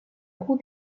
roues